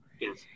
yes